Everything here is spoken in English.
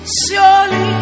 surely